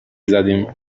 زدیم